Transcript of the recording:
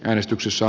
äänestyksessä